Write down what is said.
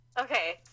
Okay